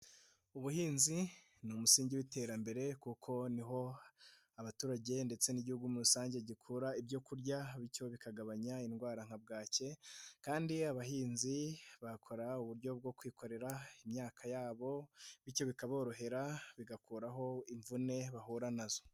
Ubuhinzi ni umusingi w'iterambere kuko niho abaturage ndetse n'Igihugu muri rusange gikura ibyo kurya, bityo bikagabanya indwara nka bwaki kandi abahinzi bakora uburyo bwo kwikorera imyaka yabo, bityo bikaborohera bigakuraho imvune bahura nazo.